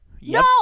No